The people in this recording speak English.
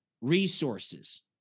resources